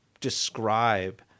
describe